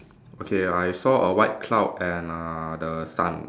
okay I saw a white cloud and uh the sun